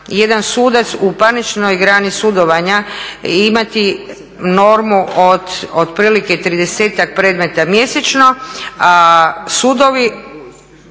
jedan sudac u parničnoj grani sudovanja imati normu od otprilike 30-ak predmeta mjesečno a sudovi,